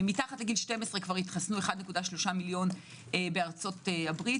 מתחת לגיל 12 כבר התחסנו 1.3 מיליון ילדים בארצות הברית.